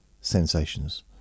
sensations